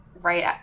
right